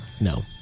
No